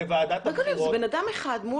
בן אדם אחד.